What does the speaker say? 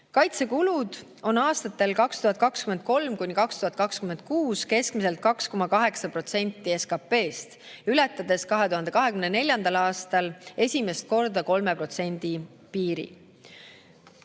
Kaitsekulud on aastatel 2023–2026 keskmiselt 2,8% SKP-st, ületades 2024. aastal esimest korda 3% piiri.